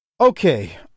Okay